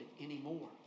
anymore